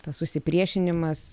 tas susipriešinimas